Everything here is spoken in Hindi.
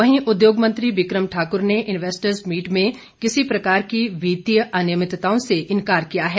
वहीं उद्योग मंत्री बिक्रम ठाकुर ने इन्वेस्टर्स मीट में किसी प्रकार की वित्तीय अनियमितताओं से इंकार किया है